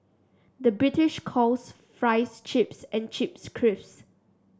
the British calls fries chips and chips crisps